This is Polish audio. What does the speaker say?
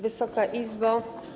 Wysoka Izbo!